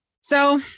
So-